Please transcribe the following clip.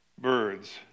Birds